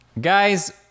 Guys